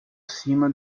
cima